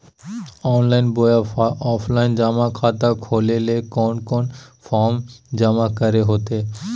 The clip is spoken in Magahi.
ऑनलाइन बोया ऑफलाइन जमा खाता खोले ले कोन कोन फॉर्म जमा करे होते?